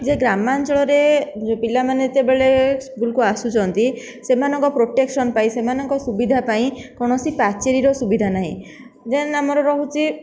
ଯେ ଗ୍ରାମାଞ୍ଚଳରେ ପିଲାମାନେ ଯେତେବେଳେ ସ୍କୁଲକୁ ଆସୁଛନ୍ତି ସେମାନଙ୍କ ପ୍ରୋଟେକ୍ସନ ପାଇଁ ସେମାନଙ୍କ ସୁବିଧା ପାଇଁ କୌଣସି ପାଚେରିର ସୁବିଧା ନାହିଁ ଦେନ ଆମର ରହୁଛି